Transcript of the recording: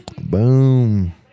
Boom